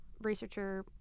researcher